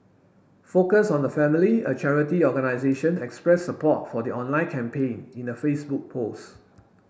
focus on the Family a charity organisation expressed support for the online campaign in a Facebook post